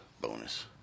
bonus